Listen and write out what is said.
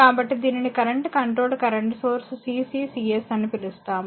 కాబట్టి దీనిని current controlled current source CCCS అని పిలుస్తాము